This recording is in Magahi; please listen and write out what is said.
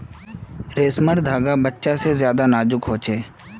रेसमर धागा बच्चा से ज्यादा नाजुक हो छे